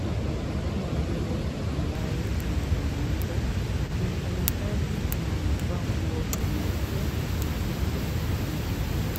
na kumtazama yule ambaye anazungumza. Ni mfanyikazi na amevaa nguo nyeupe, nyekundu, nyeusi.